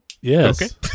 Yes